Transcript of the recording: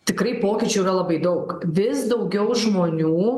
tikrai pokyčių yra labai daug vis daugiau žmonių